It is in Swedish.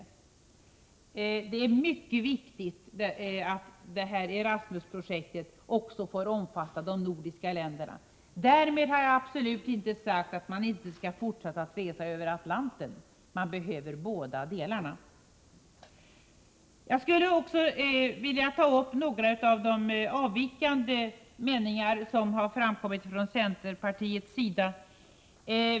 Det är mycket viktigt att Erasmus-projektet också får omfatta de nordiska länderna. Därmed har jag absolut inte sagt att våra studenter inte skall fortsätta att resa över Atlanten — de behöver studera både i Amerika och i olika länder i Europa. Jag skulle också vilja ta upp några av de avvikande meningar som har 23 framkommit från centerpartiets sida.